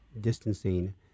distancing